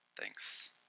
Thanks